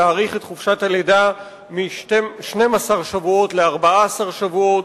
להאריך את חופשת הלידה מ-12 שבועות ל-14 שבועות.